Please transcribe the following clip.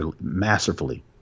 masterfully